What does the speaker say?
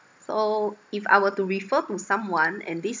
so if I were to refer to someone and this